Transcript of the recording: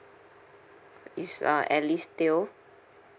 it's uh alice teo